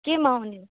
केमा आउने